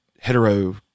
hetero